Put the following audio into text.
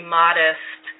modest